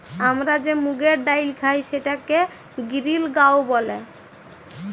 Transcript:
আমরা যে মুগের ডাইল খাই সেটাকে গিরিল গাঁও ব্যলে